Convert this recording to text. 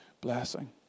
blessing